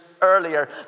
earlier